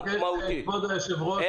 מעוף וגם במכסות הקיימות אנחנו נותנים העדפה.